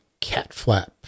Catflap